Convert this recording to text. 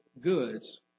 goods